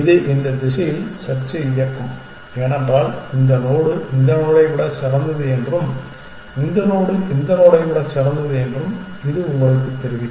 இது இந்த திசையில் செர்ச்சை இயக்கும் ஏனென்றால் இந்த நோடு இந்த நோடை விட சிறந்தது என்றும் இந்த நோடு இந்த நோடை விட சிறந்தது என்றும் இது உங்களுக்குத் தெரிவிக்கும்